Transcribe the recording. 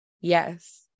Yes